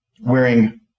wearing